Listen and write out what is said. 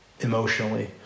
emotionally